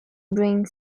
bring